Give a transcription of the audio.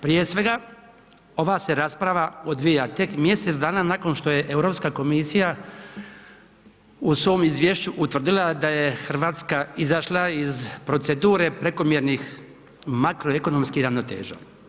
Prije svega, ova se rasprava odvija tek mjesec dana nakon što je Europska komisija u svom izvješću utvrdila da je Hrvatska izašla iz procedure prekomjernih makroekonomskih ravnoteža.